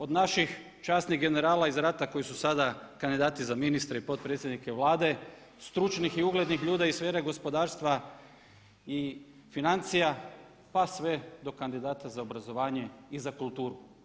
Od naših časnih generala iz rata koji su sada kandidati za ministre i potpredsjednike Vlade, stručnih i uglednih ljudi iz sfere gospodarstva i financija pa sve do kandidata za obrazovanje i za kulturu.